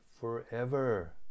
forever